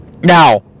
Now